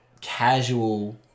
casual